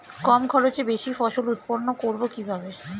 কম খরচে বেশি ফসল উৎপন্ন করব কিভাবে?